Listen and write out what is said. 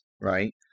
right